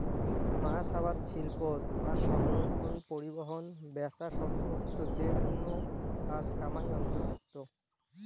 মাছ আবাদ শিল্পত মাছসংরক্ষণ, পরিবহন, ব্যাচা সম্পর্কিত যেকুনো কাজ কামাই অন্তর্ভুক্ত